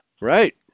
Right